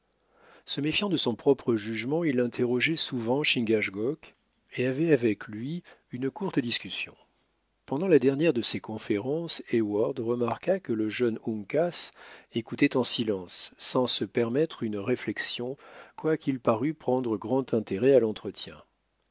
se méfiant de son propre jugement il interrogeait souvent chingachgook et avait avec lui une courte discussion pendant la dernière de ces conférences heyward remarqua que le jeune uncas écoutait en silence sans se permettre une réflexion quoiqu'il parût prendre grand intérêt à l'entretien